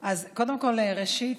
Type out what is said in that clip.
ראשית,